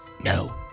no